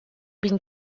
been